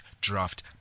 Draft